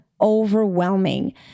overwhelming